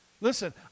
Listen